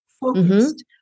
focused